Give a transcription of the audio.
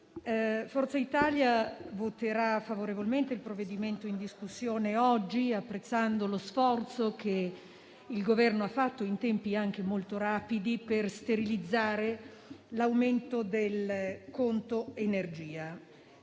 Forza Italia voterà a favore del provvedimento in discussione, apprezzando lo sforzo che il Governo ha sostenuto in tempi anche molto rapidi per sterilizzare l'aumento del conto energia.